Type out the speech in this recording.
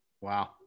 wow